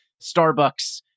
Starbucks